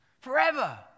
forever